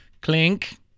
Clink